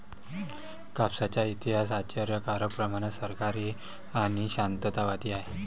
कापसाचा इतिहास आश्चर्यकारक प्रमाणात सहकारी आणि शांततावादी आहे